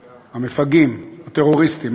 המפגעים, הטרוריסטים.